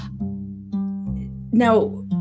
Now